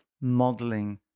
modeling